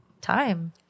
time